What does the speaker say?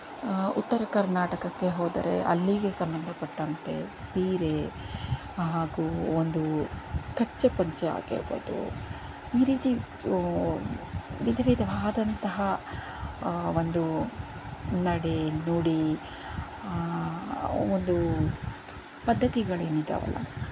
ಉತ್ತರ ಕರ್ನಾಟಕಕ್ಕೆ ಹೋದರೆ ಅಲ್ಲಿಗೆ ಸಂಬಂಧಪಟ್ಟಂತೆ ಸೀರೆ ಹಾಗೂ ಒಂದು ಕಚ್ಚೆ ಪಂಚೆ ಆಗಿರ್ಬೋದು ಈ ರೀತಿ ವಿಧವಿಧವಾದಂತಹ ಒಂದು ನಡೆ ನುಡಿ ಒಂದು ಪದ್ಧತಿಗಳೇನಿದ್ದಾವಲ್ಲ